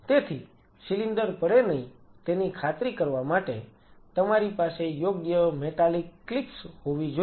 તેથી સિલિન્ડર પડે નહિ તેની ખાતરી કરવા માટે તમારી પાસે યોગ્ય મેટાલિક ક્લિપ્સ હોવી જોઈએ